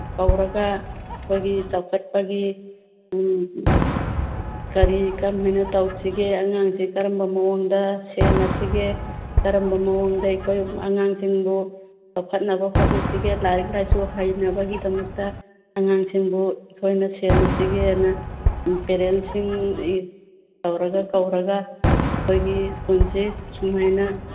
ꯇꯧꯔꯒ ꯑꯩꯈꯣꯏꯒꯤ ꯆꯥꯎꯈꯠꯄꯒꯤ ꯀꯔꯤ ꯀꯔꯝꯍꯥꯏꯅ ꯇꯧꯁꯤꯒꯦ ꯑꯉꯥꯡꯁꯤ ꯀꯔꯝꯕ ꯃꯑꯣꯡꯗ ꯁꯦꯟꯅꯁꯤꯒꯦ ꯀꯔꯝꯕ ꯃꯑꯣꯡꯗ ꯑꯩꯈꯣꯏ ꯑꯉꯥꯡꯁꯤꯡꯕꯨ ꯆꯥꯎꯈꯠꯅꯕ ꯍꯣꯠꯅꯗꯤꯁꯤꯒꯦ ꯂꯥꯏꯔꯤꯛ ꯂꯥꯏꯁꯨ ꯍꯩꯅꯕꯒꯤꯗꯝꯇ ꯑꯉꯥꯡꯁꯤꯡꯕꯨ ꯑꯩꯈꯣꯏꯅ ꯁꯦꯟꯅꯁꯤꯒꯦꯅ ꯄꯦꯔꯦꯟꯁꯤꯡ ꯇꯧꯔꯒ ꯀꯧꯔꯒ ꯑꯩꯈꯣꯏꯒꯤ ꯁ꯭ꯀꯨꯜꯁꯦ ꯁꯨꯝꯃꯥꯏꯅ